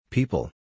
People